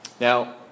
Now